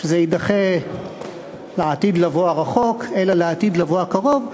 שזה יידחה לעתיד לבוא הרחוק אלא לעתיד לבוא הקרוב,